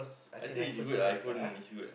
I think it's good iPhone is good